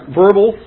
verbal